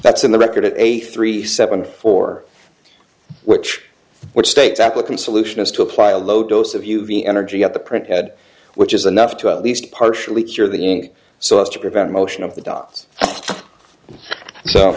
that's in the record at eighty three seventy four which which states applicant solution is to apply a low dose of u v energy of the print head which is enough to at least partially cure the ink so as to prevent motion of the dots so